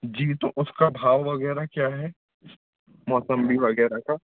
जी तो उसका भाव वगैरह क्या है मौसमी वगैरह का